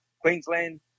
Queensland